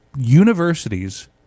universities